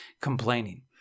complaining